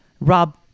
Rob